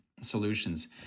solutions